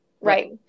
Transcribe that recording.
Right